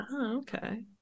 okay